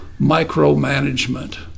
micromanagement